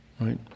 right